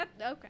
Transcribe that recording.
Okay